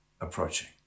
approaching